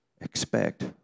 expect